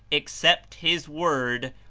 accept his word,